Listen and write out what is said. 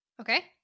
Okay